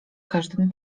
każdym